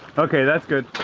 okay that's good